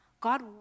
God